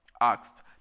asked